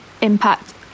impact